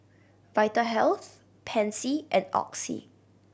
Vitahealth Pansy and Oxy